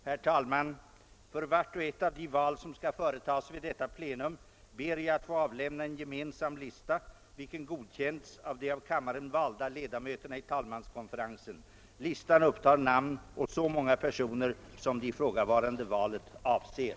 Herr talman! För vart och ett av de val som skall företagas vid detta plenum ber jag att få avlämna en gemensam lista, vilken godkänts av de av kammaren valda ledamöterna i talmanskonferensen. Listan upptar namn å så många personer, som det ifrågavarande valet avser.